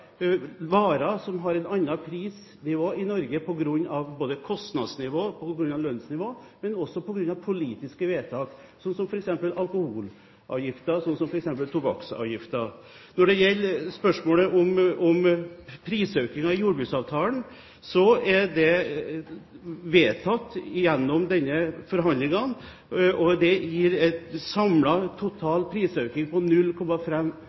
varer som har et annet prisnivå i Norge på grunn av kostnadsnivå og lønnsnivå, men også på grunn av politiske vedtak, sånn som f.eks. alkoholavgiften og tobakksavgiften. Når det gjelder spørsmålet om prisøkningen i jordbruksavtalen, er den vedtatt gjennom disse forhandlingene, og det gir en samlet total prisøkning på 0,5